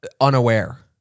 Unaware